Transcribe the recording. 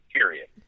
Period